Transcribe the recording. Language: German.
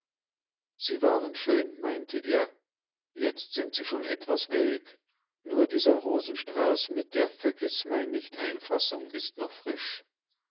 sie waren schön meinte er jetzt sind sie schon etwas welk nur dieser rosenstrauß mit der vergißmeinnichteinfassung ist noch frisch